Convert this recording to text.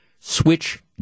switch